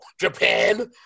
Japan